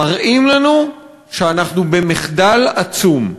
מראים לנו שאנחנו במחדל עצום.